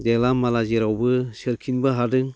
देला माला जेरावबो सोरखिनोबो हादों